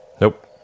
Nope